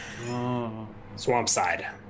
Swampside